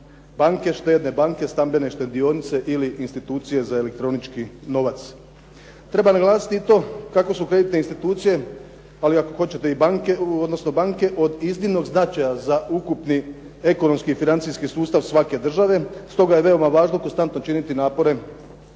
banke, štedne banke, stambene štedionice ili institucije za elektronički novac. Treba naglasiti i to kako su kreditne institucije, ali ako hoćete i banke, od iznimnog značaja za ukupni ekonomski i financijski sustav svake države stoga je veoma važno konstantno činiti napore